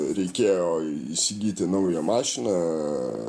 reikėjo įsigyti naują mašiną